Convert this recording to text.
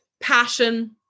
passion